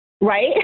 Right